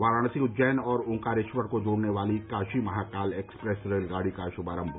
वाराणसी उज्जैन और ओंकारेश्वर को जोड़ने वाली काशी महाकाल एक्सप्रेस रेलगाड़ी का शुभारंभ